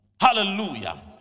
hallelujah